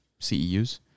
CEUs